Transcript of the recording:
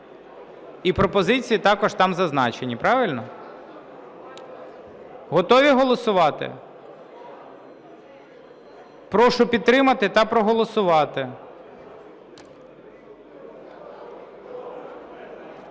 і пропозиції також там зазначені. Правильно? Готові голосувати? Прошу підтримати та проголосувати.